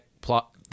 plot